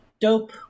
dope